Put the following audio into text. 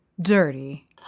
dirty